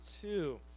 two